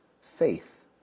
faith